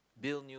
build new